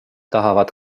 tahavad